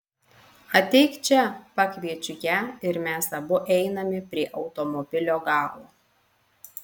ateik čia pakviečiu ją ir mes abu einame prie automobilio galo